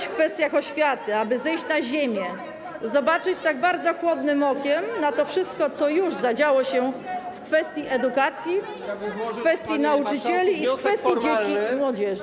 w kwestiach oświaty, aby zejść na ziemię, spojrzeć tak bardzo chłodnym okiem na to wszystko, co już zadziało się w kwestii edukacji, w kwestii nauczycieli i w kwestii dzieci i młodzieży.